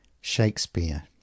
Shakespeare